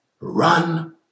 run